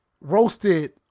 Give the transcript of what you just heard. roasted